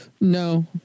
No